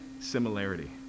similarity